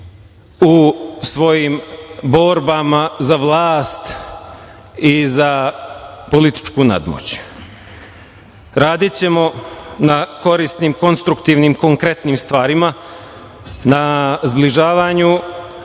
u svojim borbama za vlast i za političku nadmoć. Radićemo na korisnim, konstruktivnim, konkretnim stvarima, na zbližavanju